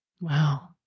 Wow